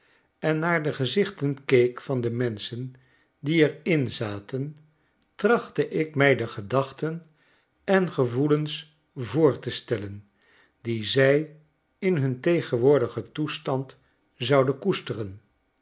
en naar de gezichten keek van de menschen die er in zaten trachtte ik mij de gedachten en gevoelens voor te stellen die zij in hun tegenwoordigen toestand zouden koesteren